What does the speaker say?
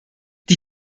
die